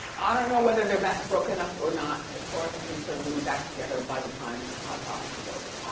i don't know whether they're back, broken up or not. as far as i'm concerned, they'll be back together by the time hot topics is over.